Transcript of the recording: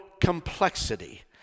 complexity